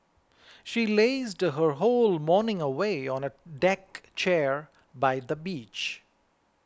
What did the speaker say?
she lazed her whole morning away on a deck chair by the beach